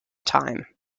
time